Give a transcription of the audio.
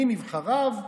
מנבחריו,